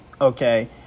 Okay